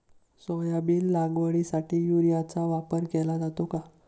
Soybean लागवडीसाठी युरियाचा वापर केला जातो का?